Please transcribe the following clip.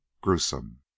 gruesome